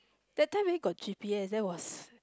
that time where got G_P_S that was